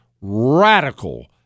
radical